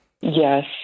Yes